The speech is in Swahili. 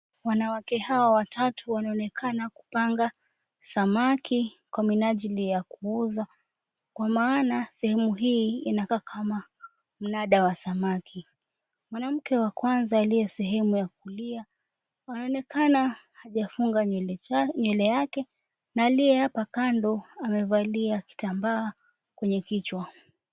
Wanawake hawa watatu wanaonekana kupanga samaki kwa minajili ya kuuza. Kwa maana sehemu hii inakaa kama mnada wa samaki. Mwanamke wa kwanza aliye sehemu ya kulia, anaonekana hajafunga nywele yake, na aliye hapa kando amevalia kitambaa kwenye kichwa.